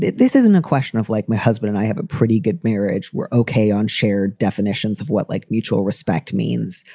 this isn't a question of, like, my husband. and i have a pretty good marriage. we're okay on shared definitions of what like mutual respect means.